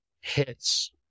hits